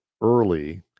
early